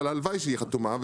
אבל הלוואי שהיא חתומה.